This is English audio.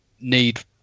need